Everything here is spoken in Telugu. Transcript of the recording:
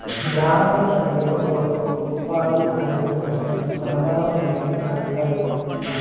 గ్రామీణ యువకులకు ఉపాధి కల్పించడం ప్రధానమైన కర్తవ్యం